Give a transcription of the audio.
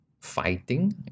fighting